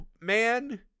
man